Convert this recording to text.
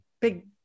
big